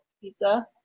pizza